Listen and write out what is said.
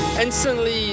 Instantly